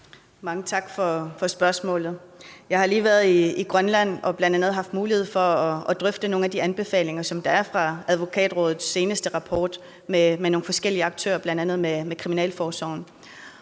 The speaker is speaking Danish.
(IA): Tak for spørgsmålet. Jeg har lige været i Grønland og bl.a. haft mulighed for at drøfte nogle af de anbefalinger, der er i Advokatrådets seneste rapport, med nogle forskellige aktører, bl.a. med kriminalforsorgen.